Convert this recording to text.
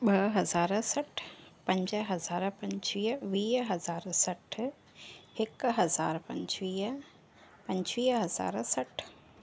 ॿ हज़ार सठि पंज हज़ार पंजवीह वीह हज़ार सठि हिकु हज़ारु पंजवीह पंजवीह हज़ार सठि